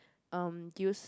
um use